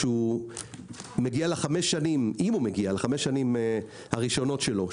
אם מגיע לחמש השנים הראשונות שלו,